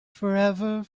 forever